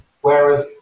whereas